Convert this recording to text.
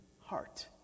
heart